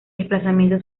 desplazamiento